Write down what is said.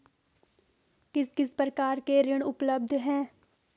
किस किस प्रकार के ऋण उपलब्ध हैं?